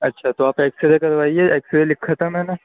اچھا تو آپ ایکسرے کروائیے ایکسرے لِکھا تھا میں نے